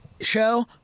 show